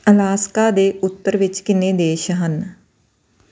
Alaska ਦੇ ਉੱਤਰ ਵਿੱਚ ਕਿੰਨੇ ਦੇਸ਼ ਹਨ